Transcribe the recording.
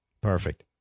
Perfect